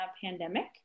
pandemic